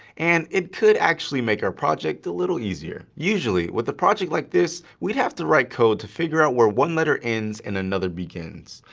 and it could actually make our project a little easier. usually with a project like this, we'd have to write code to figure out where one letter ends and another begins,